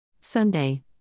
Sunday